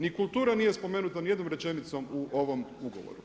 Ni kultura nije spomenuta ni jednom rečenicom u ovom ugovoru.